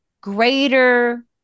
greater